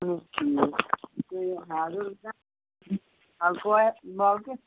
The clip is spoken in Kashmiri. اہن حظ ٹھیٖک تُہۍ چھُوا یہِ ہاڈویر دُکان نَلکہٕ وٲلۍ نَلکہٕ